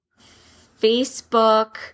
Facebook